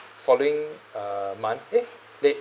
following uh month eh late